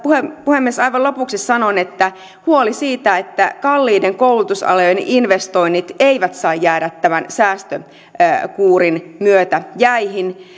puhemies aivan lopuksi sanon huoleni siitä että kalliiden koulutusalojen investoinnit eivät saa jäädä tämän säästökuurin myötä jäihin